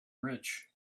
rich